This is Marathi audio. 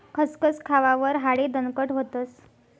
खसखस खावावर हाडे दणकट व्हतस